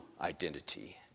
identity